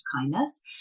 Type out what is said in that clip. kindness